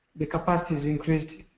the capacity is increased.